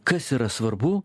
kas yra svarbu